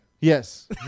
Yes